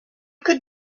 could